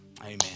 Amen